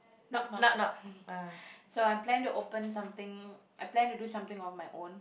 knock knock so I plan to open something I plan to do something on my own